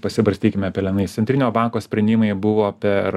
pasibarstykime pelenais centrinio banko sprendimai buvo per